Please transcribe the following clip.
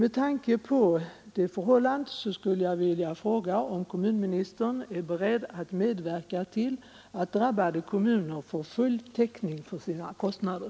Jag skulle vilja fråga, om kommunministern är beredd att medverka till att drabbade kommuner får full täckning för sina kostnader.